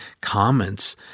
comments